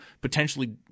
potentially